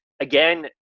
Again